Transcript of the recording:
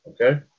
Okay